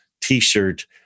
t-shirt